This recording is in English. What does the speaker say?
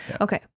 Okay